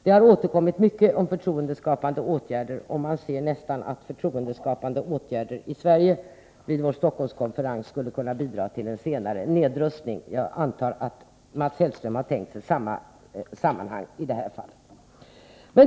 Det har talats mycket om förtroendeskapande åtgärder, och man ser nästan att förtroendeskapande åtgärder i Sverige, vid Stockholmskonferensen, skulle kunna bidra till en senare nedrustning. Jag antar att Mats Hellström har tänkt sig det samma i det här fallet.